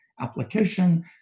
application